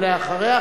ואחריה,